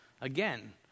Again